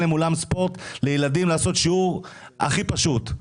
אין להם אולם ספורט לילדים לעשות שיעור הכי פשוט.